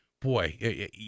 boy